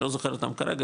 אני לא זוכר אותם כרגע,